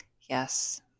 Yes